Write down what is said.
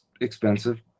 expensive